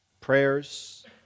prayers